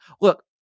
look